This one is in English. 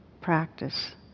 practice